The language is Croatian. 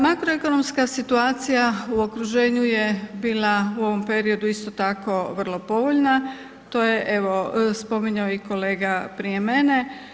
Makroekonomska situacija u okruženju je bila u ovom periodu isto tako bila vrlo povoljna, to je spominjao i kolega prije mene.